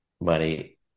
money